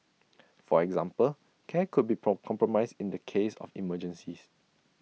for example care could be pork compromised in the case of emergencies